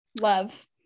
love